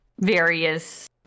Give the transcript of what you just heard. various